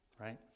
right